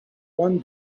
one